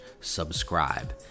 subscribe